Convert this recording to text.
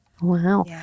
Wow